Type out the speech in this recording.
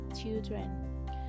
children